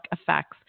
effects